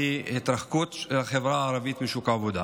והיא התרחקות של החברה הערבית משוק העבודה,